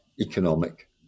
economic